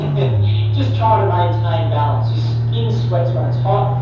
just try to maintain balance. your skin sweats when it's hot.